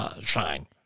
shine